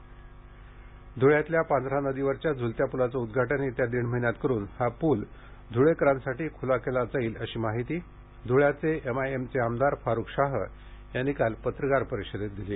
पांझरा नदी ध्रळ्यातील पांझरा नदीवरच्या झुलत्या पुलाचे उद्घाटन येत्या दीड महिन्यात करून हा पूल धूळेकरांसाठी खूला केला जाणार असल्याची माहिती धूळ्याचे एमआयएमचे आमदार फारूक शाह यांनी काल पत्रकार परिषदेत दिली